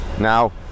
Now